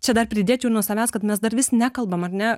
čia dar pridėčiau ir nuo savęs kad mes dar vis nekalbam ar ne